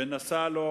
ונסע לו